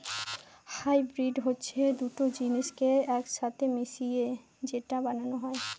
hybrid হচ্ছে দুটো জিনিসকে এক সাথে মিশিয়ে যেটা বানানো হয়